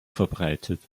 verbreitet